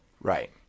Right